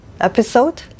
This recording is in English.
episode